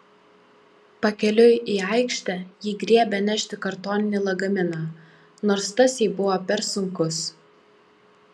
pakeliui į aikštę ji griebė nešti kartoninį lagaminą nors tas jai buvo per sunkus